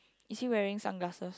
is he wearing sunglasses